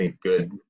good